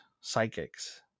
psychics